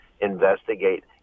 investigate